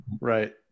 Right